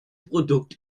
produkt